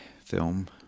film